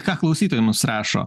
ką klausytojai mums rašo